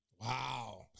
wow